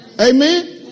amen